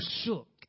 shook